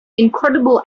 incredible